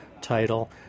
title